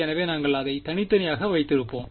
எனவே நாங்கள் அதை தனித்தனியாக வைத்திருப்போம்